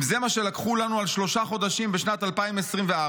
אם זה מה שלקחו לנו על שלושה חודשים בשנת 2024,